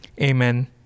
Amen